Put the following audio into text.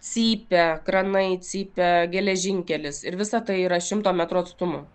cypia kranai cypia geležinkelis ir visa tai yra šimto metrų atstumu